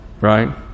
right